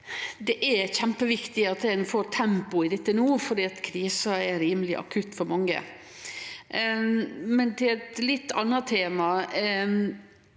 Det er kjempeviktig at ein får tempo i dette no, for krisa er rimeleg akutt for mange. Eg vil over til eit litt anna tema.